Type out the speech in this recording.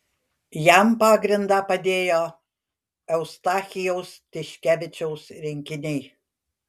jam pagrindą padėjo eustachijaus tiškevičiaus rinkiniai